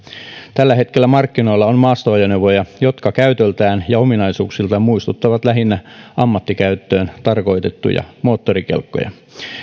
tällä hetkellä markkinoilla on maastoajoneuvoja jotka käytöltään ja ominaisuuksiltaan muistuttavat lähinnä ammattikäyttöön tarkoitettuja moottorikelkkoja